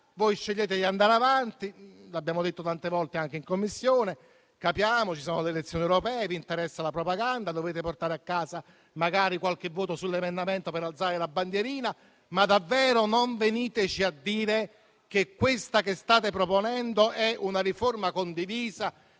voi scegliete di andare avanti. L'abbiamo detto tante volte anche in Commissione: lo capiamo, ci sono le elezioni europee, vi interessa la propaganda, dovete portare a casa magari qualche voto sull'emendamento per alzare la bandierina; ma davvero non veniteci a dire che questa che state proponendo è una riforma condivisa.